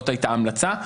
זאת הייתה ההמלצה.